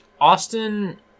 austin